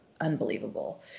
unbelievable